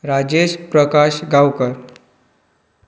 Rajesh Prakash Gaonkar